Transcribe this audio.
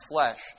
flesh